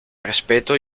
respeto